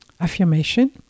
affirmation